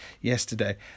yesterday